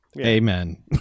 Amen